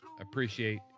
appreciate